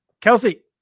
kelsey